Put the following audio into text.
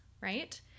right